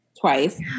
twice